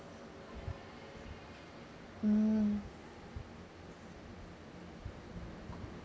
mm